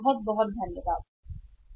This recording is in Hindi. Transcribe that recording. बहुत धन्यवाद बहुत